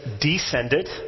descended